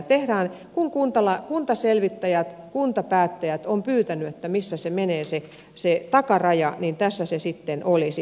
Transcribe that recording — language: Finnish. ja kun kuntaselvittäjät kuntapäättäjät ovat pyytäneet että missä se menee se takaraja niin tässä se sitten olisi